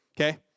okay